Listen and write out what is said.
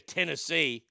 Tennessee